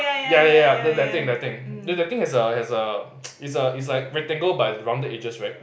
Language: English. ya ya ya that thing that thing that thing has a has a it's a it's like rectangle but it's rounded edges right